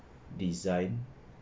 design